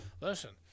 Listen